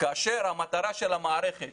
כאשר המטרה של המערכת